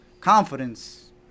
confidence